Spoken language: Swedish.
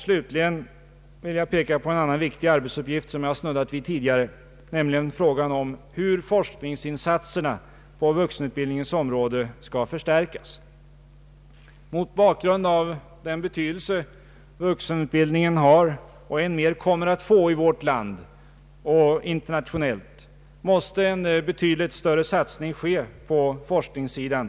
Slutligen vill jag peka på en annan viktig arbetsuppgift som jag snuddat vid tidigare, nämligen frågan om hur forskningsinsatserna på vuxenutbildningens område skall förstärkas. Mot bakgrunden av den betydelse vuxenut bildningen har och än mer kommer att få i vårt land och internationellt måste en betydligt större satsning ske på forskningssidan.